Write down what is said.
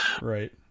Right